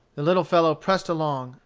the little fellow pressed along,